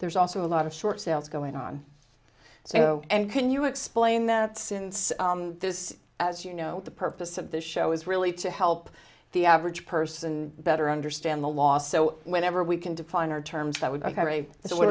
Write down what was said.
there's also a lot of short sales going on so can you explain that since this as you know the purpose of this show is really to help the average person better understand the law so whenever we can define our terms that would be ok so what